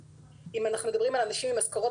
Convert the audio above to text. אם אנחנו מדברים על אנשים עם משכורות